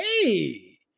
Hey